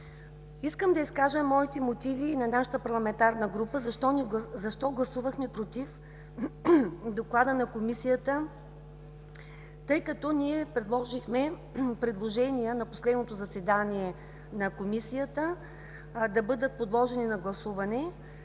Искам да изкажа моите мотиви и на нашата парламентарна група защо гласувахме „против“ Доклада на Комисията. Ние направихме предложения на последното заседание на Комисията, които да бъдат подложени на гласуване,